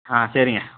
ஆ சரிங்க